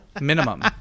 Minimum